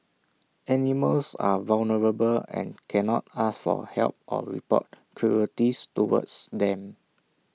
animals are vulnerable and cannot ask for help or report cruelties towards them